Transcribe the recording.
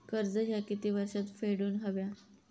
कर्ज ह्या किती वर्षात फेडून हव्या?